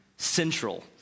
central